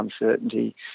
uncertainty